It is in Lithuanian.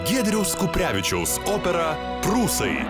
giedriaus kuprevičiaus operą prūsai